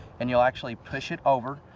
and you'll actually push it over.